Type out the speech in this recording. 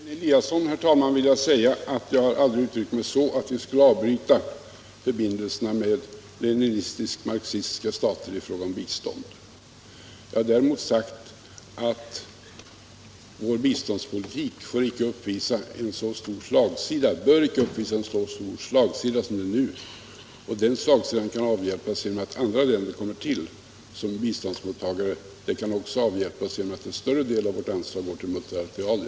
Herr talman! Till fru Lewén-Eliasson vill jag säga att jag har aldrig uttryckt mig så att det kan tolkas som att Sverige skulle avbryta förbindelserna med leninistisk-marxistiska stater i fråga om bistånd. Jag har däremot sagt att vår biståndspolitik icke bör uppvisa en så stor slagsida som den gör. Den slagsidan kan avhjälpas genom att andra länder kommer till som biståndsmottagare. Slagsidan kan också avhjälpas genom att en större del av vårt anslag går till multilateral hjälp.